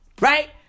Right